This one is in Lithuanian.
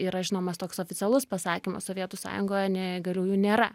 yra žinomas toks oficialus pasakymas sovietų sąjungoje neįgaliųjų nėra